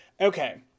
Okay